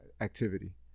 activity